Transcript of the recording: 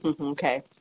Okay